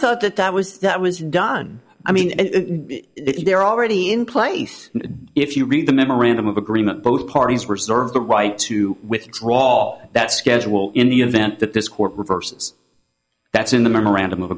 thought that that was that was done i mean if they're already in place if you read the memorandum of agreement both parties reserve the right to withdraw that schedule in the event that this court reverses that's in the memorandum of